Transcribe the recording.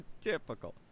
typical